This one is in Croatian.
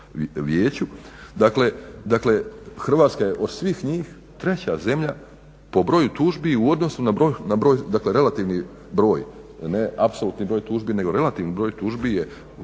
vijeću. Dakle Hrvatska je od svih njih 3.zemlja po broju tužbi u odnosu na relativni broj, ne apsolutni broj tužbi nego relativni broj tužbi je